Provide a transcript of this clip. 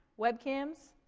web cams.